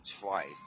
twice